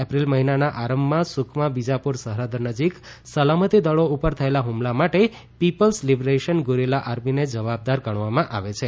April મહિનાના આરંભમાં સુકમા બીજાપુર સરહદ નજીક સલામતીદળો ઉપર થયેલા હ્મલા માટે પિપલ્સ લિબરેશન ગુરીલા આર્મીને જવાબદાર ગણવામાં આવે છે